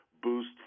Boost